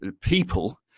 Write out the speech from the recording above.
people